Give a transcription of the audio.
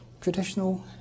traditional